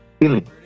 feeling